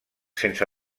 sense